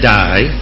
die